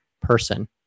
person